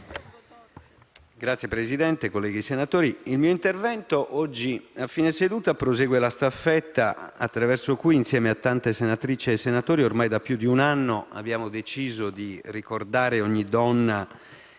Signor Presidente, colleghi senatori, il mio intervento oggi, a fine seduta, prosegue la staffetta attraverso cui, insieme a tante senatrici e senatori, ormai da più di un anno, abbiamo deciso di ricordare ogni donna